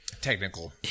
technical